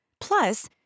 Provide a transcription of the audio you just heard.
Plus